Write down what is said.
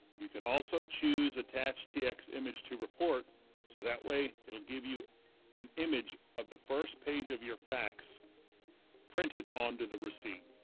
you can also choose attach tx image to report so that way it'll give you an image of the first page of your fax printed onto the receipt.